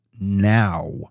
now